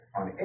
on